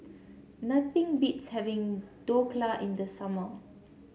nothing beats having Dhokla in the summer